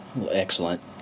Excellent